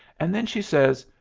and then she says,